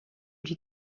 lui